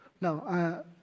No